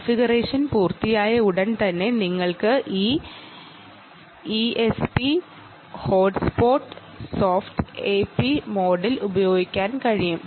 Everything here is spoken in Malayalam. കോൺഫിഗറേഷൻ പൂർത്തിയായ ഉടൻ തന്നെ നിങ്ങൾക്ക് ഈ ഇഎസ്പി ഹോട്ട്സ്പോട്ട് സോഫ്റ്റ് എപി മോഡിൽ ഉപയോഗിക്കാൻ കഴിയും